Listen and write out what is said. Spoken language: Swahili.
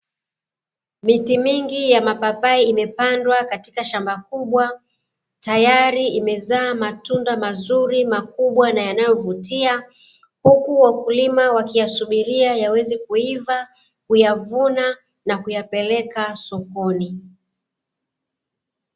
Miti mingi ya mapapai imepandwa katika shamba kubwa, tayari imezaa matunda mazuri makubwa na yayovutia, huku wakulima wakiyasubiria yaweze kuiva, kuyavuna na kuyapeleka sokoni.